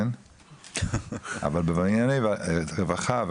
אבל בענייני רווחה,